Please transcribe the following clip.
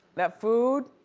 that food,